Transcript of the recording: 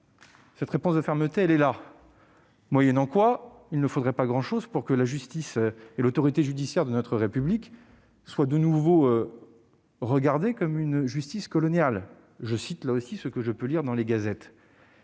une réponse de fermeté. Elle est là ! Moyennant quoi, il ne faudrait pas grand-chose pour que la justice et l'autorité judiciaire de notre République soient de nouveau regardées comme une « justice coloniale »- je cite ce que je peux lire dans les gazettes.